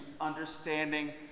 understanding